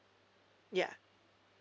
ya